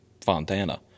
Fontana